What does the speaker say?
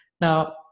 now